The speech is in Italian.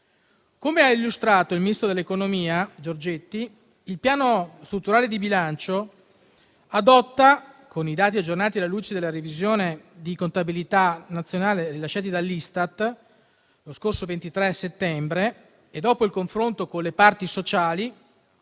Come ha illustrato il ministro dell'economia Giorgetti, il Piano strutturale di bilancio adotta i dati aggiornati alla luce della revisione di contabilità nazionale rilasciati dall'Istat lo scorso 23 settembre e, dopo il confronto con le parti sociali,